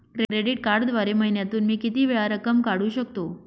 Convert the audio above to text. Credit कार्डद्वारे महिन्यातून मी किती वेळा रक्कम काढू शकतो?